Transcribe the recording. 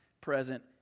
present